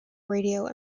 radio